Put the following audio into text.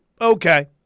Okay